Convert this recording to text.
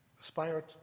aspire